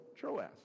Troas